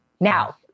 Now